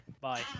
Bye